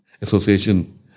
Association